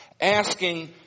asking